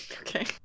Okay